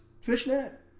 fishnet